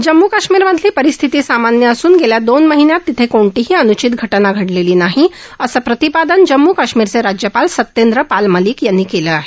जम्मू काश्मीरमधली परिस्थिती सामान्य असून गेल्या दोन महिन्यात तिथे कोणतीही अन्चित घटना घडलेली नाही असं प्रतिपादन जम्मू आणि काश्मीरचे राज्यपाल सत्येंद्र पाल मलिक यांनी केलं आहे